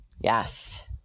Yes